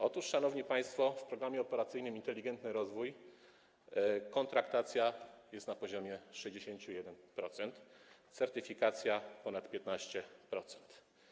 Otóż, szanowni państwo, jeśli chodzi o Program Operacyjny „Inteligentny rozwój”, kontraktacja jest na poziomie 61%, certyfikacja - ponad 15%.